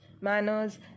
manners